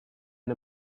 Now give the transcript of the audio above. and